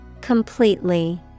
Completely